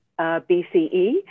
BCE